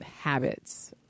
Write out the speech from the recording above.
habits